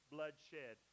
bloodshed